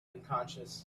unconscious